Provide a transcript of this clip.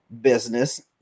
business